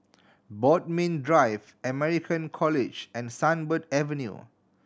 Bodmin Drive American College and Sunbird Avenue